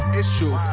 issue